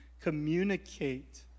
communicate